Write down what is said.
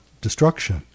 destruction